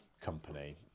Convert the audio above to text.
company